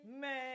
Man